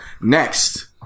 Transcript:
next